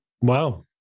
wow